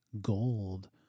gold